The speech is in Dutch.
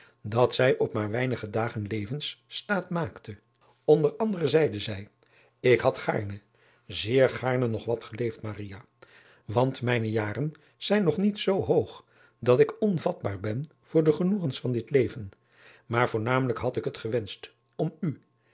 dat zij op maar weinige dagen levens staat maakte nder anderen zeide zij k had gaarne zeer gaarne nog wat geleefd want mijne jaren zijn nog niet zoo hoog dat ik onvatbaar ben voor de genoegens van dit leven maar voornamelijk had ik het gewenscht om u